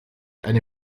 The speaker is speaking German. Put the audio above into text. eine